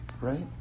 Right